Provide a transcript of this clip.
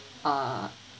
uh